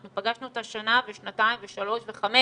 אנחנו פגשנו אותה שנה ושנתיים ושלוש וחמש